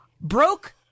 Broke